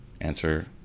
answer